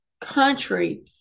country